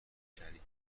شریک